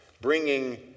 bringing